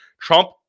Trump